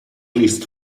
least